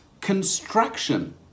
construction